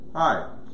Hi